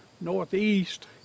northeast